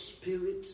Spirit